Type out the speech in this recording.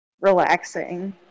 relaxing